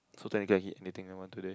so technically I can eat anything I want today